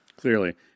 Clearly